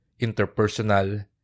interpersonal